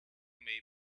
may